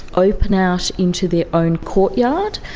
open out into their own courtyard.